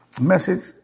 message